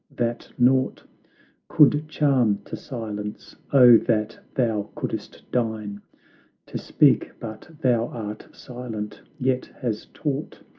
that naught could charm to silence o, that thou couldst deign to speak, but thou art silent, yet has taught,